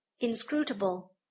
inscrutable